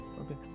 okay